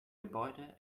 gebäude